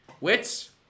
Wits